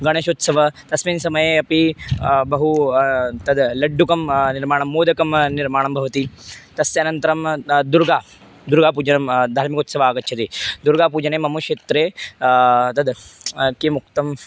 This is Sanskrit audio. गणेशोत्सवः तस्मिन् समये अपि बहु तद् लड्डुकं निर्माणं मोदकं निर्माणं भवति तस्य अनन्तरं दुर्गा दुर्गापूजनं धार्मिकोत्सवः आगच्छति दुर्गापूजने मम क्षेत्रे तद् किमुक्तम्